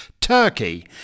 Turkey